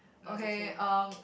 okay um